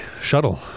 shuttle